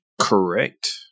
Correct